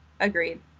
Agreed